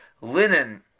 linen